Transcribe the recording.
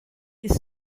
ist